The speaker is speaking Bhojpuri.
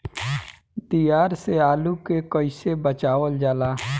दियार से आलू के कइसे बचावल जाला?